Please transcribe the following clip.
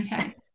Okay